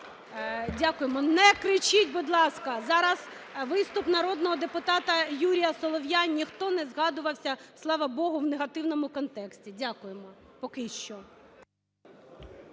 Дякуємо. Не кричіть, будь ласка. Зараз виступ народного депутата Юрія Солов'я. Ніхто не згадувався, слава Богу, в негативному контексті. Дякуємо, поки що.